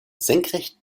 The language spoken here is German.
senkrecht